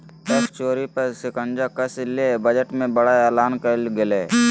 tax चोरी पर शिकंजा कसय ले बजट में बड़ा एलान कइल गेलय